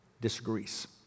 disagrees